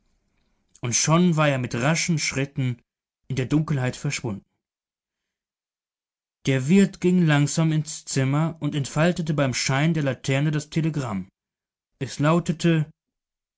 und schon war er mit raschen schritten in der dunkelheit verschwunden der wirt ging langsam ins zimmer und entfaltete beim schein der laterne das telegramm es lautete